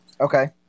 okay